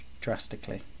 drastically